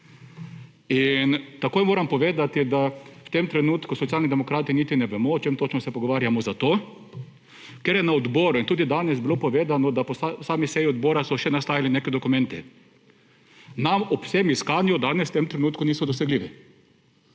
Takoj moram povedati, da v tem trenutku Socialni demokrati niti ne vemo, o čem točno se pogovarjamo, zato ker je na odboru in tudi danes bilo povedano, da po sami seji odbora so še nastajali neki dokumenti. Nam ob vsem iskanju danes v tem trenutku niso dosegljivi.